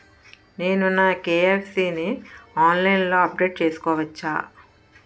నేను నా కే.వై.సీ ని ఆన్లైన్ లో అప్డేట్ చేసుకోవచ్చా?